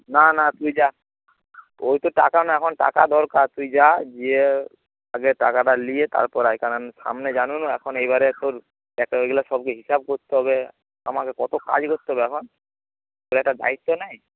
না না তুই যা ওই তো টাকার এখন টাকা দরকার তুই যা গিয়ে আগে টাকাটা নিয়ে তারপর আয় কারন সামনে জানো না এখন এইবারে তোর সব হিসাব করতে হবে আমাকে কত কাজ করতে হবে এখন তোর একটা দায়িত্ব নেই